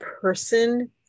person